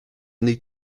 need